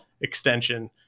extension